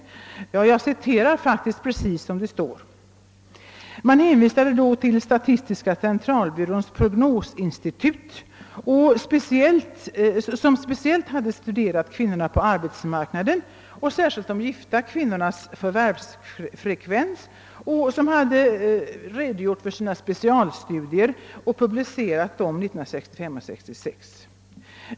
Jag citerade faktiskt precis som det står. Man hänvisade då till statistiska centralbyråns prognosinstitut, som speciellt hade studerat kvinnorna på arbetsmarknaden, särskilt de gifta kvinnornas förvärvsfrekvens. Detta hade redogjort för sina specialstudier och publicerat dem 1965 och 1966.